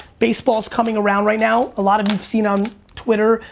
baseball's coming around right now. a lot of you've seen on twitter,